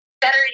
better